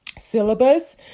syllabus